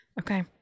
okay